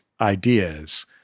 ideas